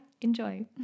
enjoy